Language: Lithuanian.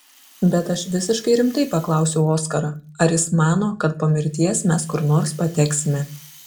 bet aš visiškai rimtai paklausiau oskarą ar jis mano kad po mirties mes kur nors pateksime